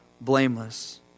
blameless